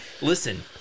Listen